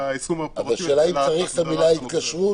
אז השאלה אם צריך את המילה "התקשרות"